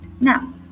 Now